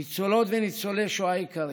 ניצולות וניצולי שואה יקרים,